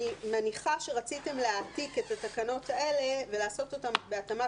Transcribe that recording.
אני מניחה שרציתם להעתיק את התקנות האלה ולעשות אותן בהתאמה,